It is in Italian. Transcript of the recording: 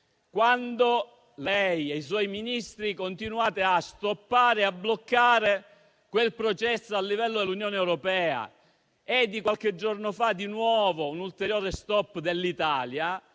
quando lei e i suoi Ministri continuate a bloccare quel processo a livello di Unione europea. È di qualche giorno fa un ulteriore stop dell'Italia;